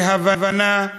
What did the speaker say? בהבנה,